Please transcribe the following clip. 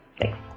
Thanks